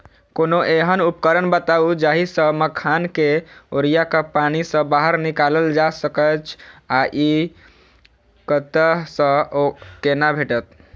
कोनों एहन उपकरण बताऊ जाहि सऽ मखान केँ ओरिया कऽ पानि सऽ बाहर निकालल जा सकैच्छ आ इ कतह सऽ आ कोना भेटत?